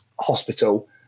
hospital